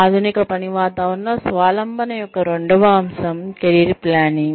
ఆధునిక పని వాతావరణంలో స్వావలంబన యొక్క రెండవ అంశం కెరీర్ ప్లానింగ్